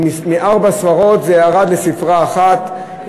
מארבע ספרות זה ירד לספרה אחת,